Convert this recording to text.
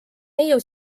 neiu